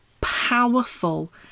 powerful